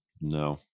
no